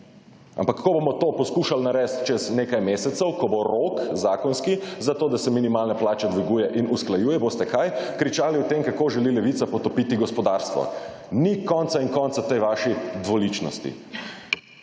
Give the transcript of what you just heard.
ampak ko bomo to poskušali narediti čez nekaj mesecev, ko bo rok zakonski, zato da se minimalne plače dviguje in usklajuje boste kaj? Kričali o tem kako želi Levica potopiti gospodarstvo. Ni konca in konca tej vaši dvoličnosti.